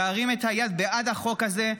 להרים את היד בעד החוק הזה,